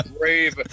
brave